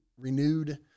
renewed